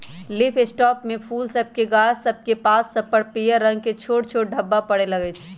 leaf spot में फूल सभके गाछ सभकेक पात सभ पर पियर रंग के छोट छोट ढाब्बा परै लगइ छै